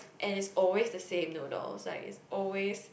and it's always the same noodles like it's always